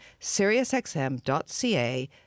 SiriusXM.ca